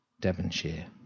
Devonshire